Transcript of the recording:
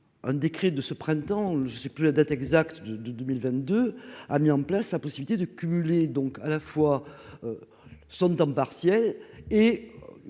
un décret de ce printemps, je ne sais plus la date exacte de de 2022, a mis en place la possibilité de cumuler donc à la fois son temps partiel et